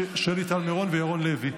שלי טל מירון וירון לוי.